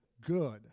good